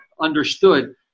understood